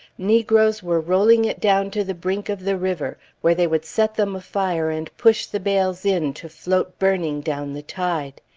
negroes were rolling it down to the brink of the river where they would set them afire and push the bales in to float burning down the tide.